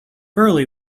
early